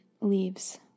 leaves